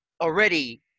already